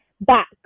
back